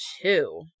two